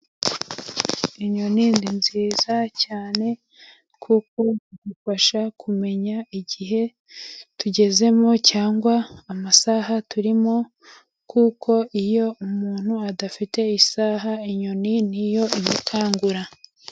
Inyoni ni nziza cyane kuko idufasha kumenya igihe tugezemo cyangwa amasaha turimo kuko iyo umuntu adafite isaha inyoni ni yo imukangura.